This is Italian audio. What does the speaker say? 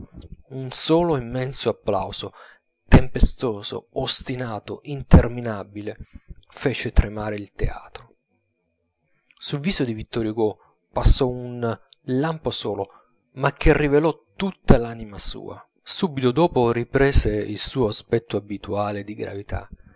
un solo immenso applauso tempestoso ostinato interminabile fece tremare il teatro sul viso di vittor hugo passò un lampo un lampo solo ma che rivelò tutta l'anima sua subito dopo riprese il suo aspetto abituale di gravità